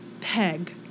peg